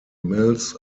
mills